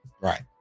Right